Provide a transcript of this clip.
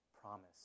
promise